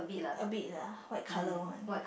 a bit lah white colour one